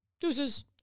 Deuces